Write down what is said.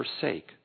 forsake